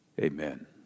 Amen